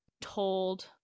told